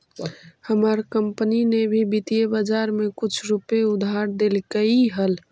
हमार कंपनी ने भी वित्तीय बाजार में कुछ रुपए उधार देलकइ हल